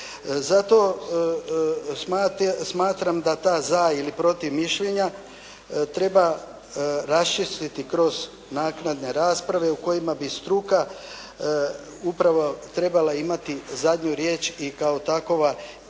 Zato smatram da ta za ili protiv mišljenja treba raščistiti kroz naknadne rasprave u kojima bi struka upravo trebala imati zadnju riječ i kao takva i reći